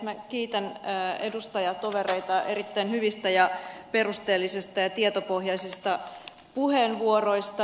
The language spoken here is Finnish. minä kiitän edustajatovereita erittäin hyvistä ja perusteellisista ja tietopohjaisista puheenvuoroista